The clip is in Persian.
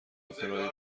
اپرای